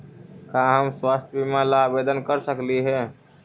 का हम स्वास्थ्य बीमा ला आवेदन कर सकली हे?